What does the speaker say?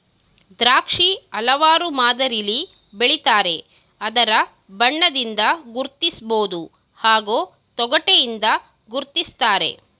ದ್ರಾಕ್ಷಿ ಹಲವಾರು ಮಾದರಿಲಿ ಬೆಳಿತಾರೆ ಅದರ ಬಣ್ಣದಿಂದ ಗುರ್ತಿಸ್ಬೋದು ಹಾಗೂ ತೊಗಟೆಯಿಂದ ಗುರ್ತಿಸ್ತಾರೆ